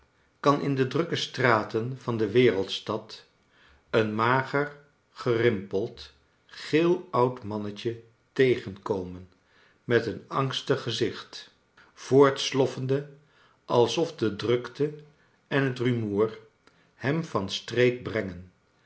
kan in de drukke straten van de wereldstad een mager gerimpeld geel oud mannetje tegenkomen met een angstig gezicht voortkleine doerit sloffende alsof de drukte ea het rumoer hem van streek brengen